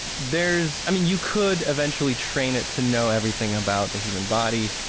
there's i mean you could eventually train it to know everything about the human body